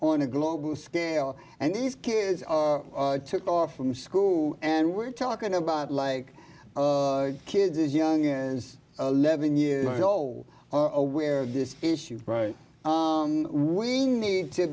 on a global scale and these kids are took off from school and we're talking about like kids as young as eleven years old or aware of this issue we need to